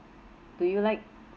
do you like